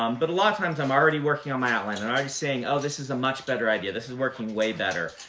um but a lot of times i'm already working on my outline. and i'm already saying, oh, this is a much better idea. this is working way better.